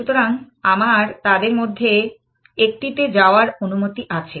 সুতরাং আমার তাদের মধ্যে একটিতে যাওয়ার অনুমতি আছে